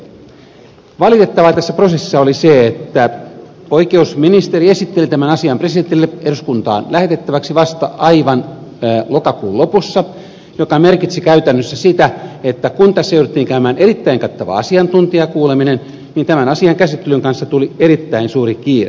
valitettavaa tässä prosessissa oli se että oikeusministeri esitteli tämän asian presidentille eduskuntaan lähetettäväksi vasta aivan lokakuun lopussa mikä merkitsi käytännössä sitä että kun tässä jouduttiin käymään erittäin kattava asiantuntijakuuleminen niin tämän asian käsittelyn kanssa tuli erittäin suuri kiire